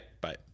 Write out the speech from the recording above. bye